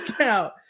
out